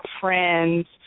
friends